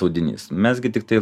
audinys mes gi tiktai